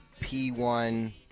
P1